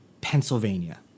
Pennsylvania